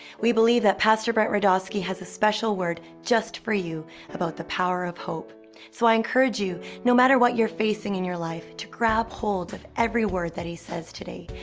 we believe that pastor brent rudoski has a special word just for you about the power of so i encourage you, no matter what you're facing in your life to grab hold at every word that he says today,